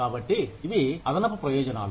కాబట్టి ఇవి అదనపు ప్రయోజనాలు